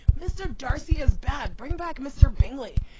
mr. darcy is bad. bring back mr. bingley.